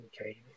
okay